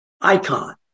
icon